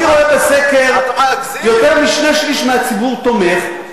אני רואה בסקר שיותר משני-שלישים של הציבור תומך,